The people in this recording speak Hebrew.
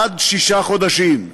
עד שישה חודשים,